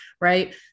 right